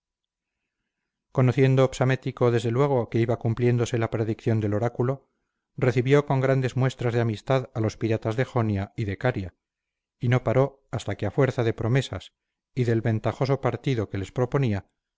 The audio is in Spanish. conociendo psamético desde luego que iba cumpliéndose la predicción del oráculo recibió con grandes muestras de amistad a los piratas de jonia y de caria y no paró hasta que a fuerza de promesas y del ventajoso partido que les proponía